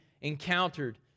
encountered